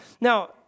Now